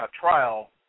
trial